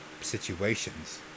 situations